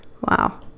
Wow